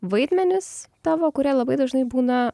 vaidmenis tavo kurie labai dažnai būna